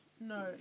No